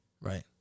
Right